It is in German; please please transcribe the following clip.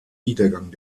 niedergang